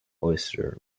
oyster